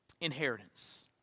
inheritance